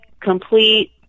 complete